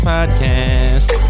Podcast